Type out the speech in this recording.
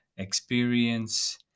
experience